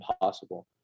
possible